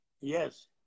Yes